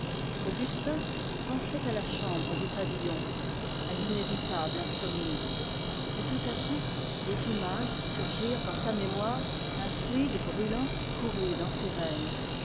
augustin pensait à la chambre du pavillon à l'inévitable insomnie et des images surgissant dans sa mémoire un fluide brûlant courait dans ses veines